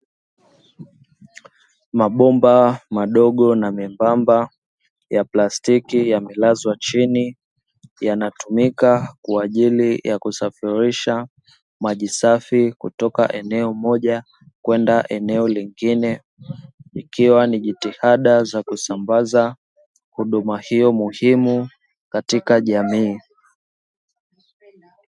Mabomba madogo na membamba ya plastiki yamelazwa chini yanatumika kwaajili ya kusafirisha maji safi kutoka eneo moja kwenda eneo lingine, ikiwa ni jitihada za kusambaza huduma hiyo muhimu katika jamii.